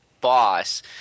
boss